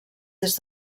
des